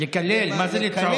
לקלל, מה זה "לצעוק"?